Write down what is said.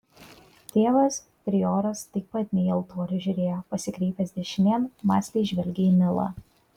tėvas prioras taip pat ne į altorių žiūrėjo pasikreipęs dešinėn mąsliai žvelgė į nilą